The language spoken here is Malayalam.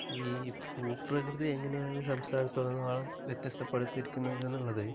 ഈ ഭൂപ്രകൃതി എങ്ങനെയാണ് സംസ്ഥാനത്ത് ഉടനീളം വ്യത്യസ്തപ്പെടുത്തിയിരിക്കുന്നത് എന്നുള്ളത്